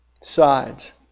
sides